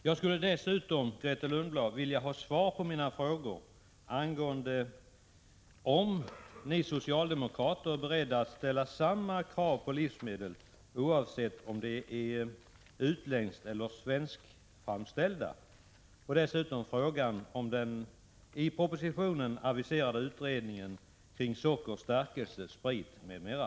Jag skulle vilja ha svar på mina frågor, Grethe Lundblad, om ni socialdemokrater är beredda att ställa samma krav på livsmedel oavsett om de är utländska eller svenskframställda. Dessutom vill jag ha svar på frågan rörande den i propositionen aviserade utredningen kring socker, stärkelse, sprit m.m.